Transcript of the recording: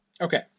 Okay